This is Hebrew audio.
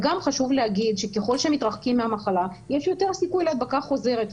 וגם חשוב להגיד שככל שמתרחקים מהמחלה יש יותר סיכוי להדבקה חוזרת,